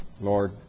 Lord